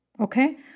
Okay